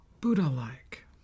Buddha-like